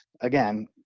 again